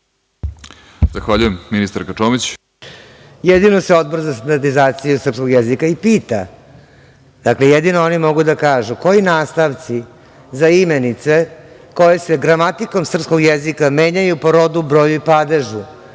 ima reč. **Gordana Čomić** Jedino se Odbor za standardizaciju srpskog jezika i pita. Dakle, jedino oni mogu da kažu koji nastavci za imenice koje se gramatikom srpskog jezika menjaju po rodu, broju i padežu,